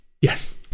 Yes